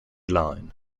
line